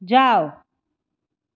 જાવ